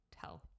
tell